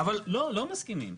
לא, לא מסכימים.